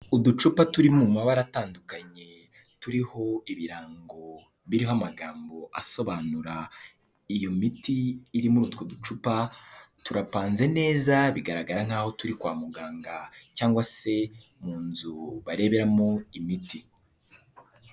Uducupa turi mu mabara atandukanye, turiho ibirango biriho amagambo asobanura iyo miti iri muri utwo ducupa, turapanze neza bigaragara nk'aho turi kwa muganga cyangwa se mu nzu bareberamo imiti.